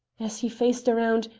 as he faced round,